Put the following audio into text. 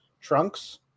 trunks